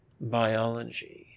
biology